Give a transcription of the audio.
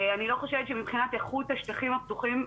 מבחינת איכות השטחים הפתוחים,